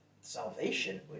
salvation